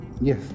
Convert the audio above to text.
Yes